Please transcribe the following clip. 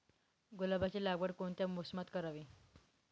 गुलाबाची लागवड कोणत्या मोसमात करावी?